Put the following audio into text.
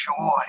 joy